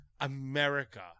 America